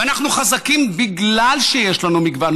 ואנחנו חזקים בגלל שיש לנו מגוון,